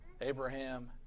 Abraham